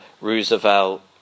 Roosevelt